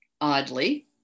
oddly